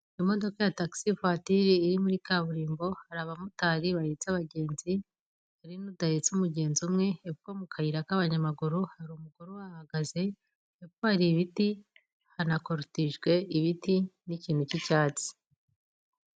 Imodoka ya taxi vutire iri muri kaburimbo, hari abamotari bahetse abagenzi ari n'udahetse umugenzi umwe pfo mu kayira k'abanyamaguru hari umugore wahagaze epfo hari ibiti hanakotijwe ibiti n'ikintu cy'icyatsi.